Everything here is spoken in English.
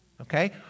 okay